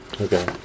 Okay